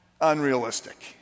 unrealistic